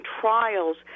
trials